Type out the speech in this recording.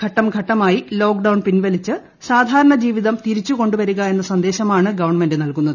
ഘട്ടംഘട്ടമായി ലോക്ഡൌൺ പിൻവലിച്ച് സാധാരണ ജീവിതം തിരിച്ചുകൊണ്ടുവരിക എന്ന സന്ദേശമാണ് ഗവൺമെന്റ് നൽകുന്നത്